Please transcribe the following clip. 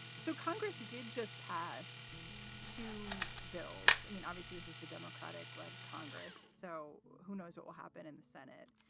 so congress did just pass two bills. i mean, obviously, this is the democratic led congress, so who knows what will happen in the senate?